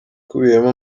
ikubiyemo